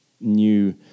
new